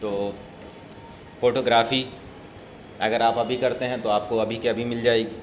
تو فوٹوگرافی اگر آپ ابھی کرتے ہیں تو آپ کو ابھی کے ابھی مل جائے گی